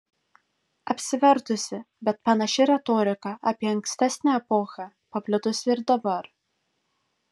apsivertusi bet panaši retorika apie ankstesnę epochą paplitusi ir dabar